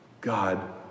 God